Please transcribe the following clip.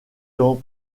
temps